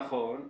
נכון.